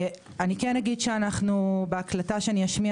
אני כן אגיד שאנחנו בהקלטה שאני אשמיע